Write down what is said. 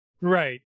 Right